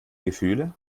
gefühle